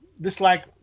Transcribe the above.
dislike